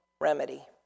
remedy